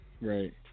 Right